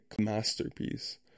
masterpiece